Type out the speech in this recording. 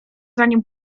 zanim